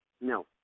No